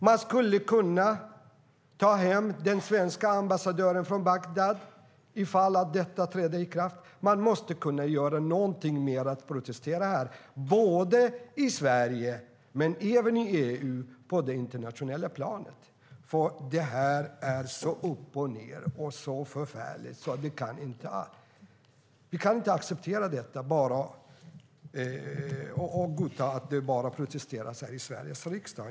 Man skulle kunna ta hem den svenska ambassadören från Bagdad ifall detta träder i kraft. Man måste kunna göra någonting mer än att protestera, både i Sverige och i EU men även på det internationella planet. Det här är helt upp och ned och så förfärligt att det inte kan accepteras. Det räcker inte att bara protestera i Sveriges riksdag.